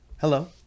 Hello